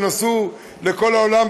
שנסעו לכל העולם,